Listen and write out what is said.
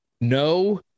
no